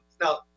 Now